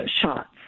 shots